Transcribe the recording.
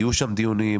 יהיו שם דיונים,